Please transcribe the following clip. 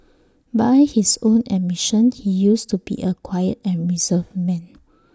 by his own admission he used to be A quiet and reserved man